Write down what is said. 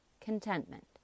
contentment